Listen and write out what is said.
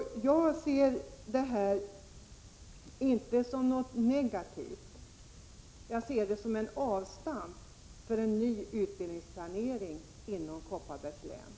Jag ser inte läget som negativt utan som en möjlighet till ett avstamp för en ny utbildningsplanering inom Kopparbergs län.